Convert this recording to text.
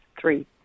three